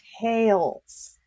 tails